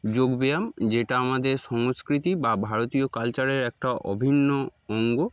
যোগব্যায়াম যেটা আমাদের সংস্কৃতি বা ভারতীয় কালচারের একটা অভিন্ন অঙ্গ